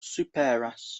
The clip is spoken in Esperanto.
superas